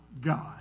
God